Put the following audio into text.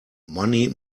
money